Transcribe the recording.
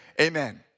amen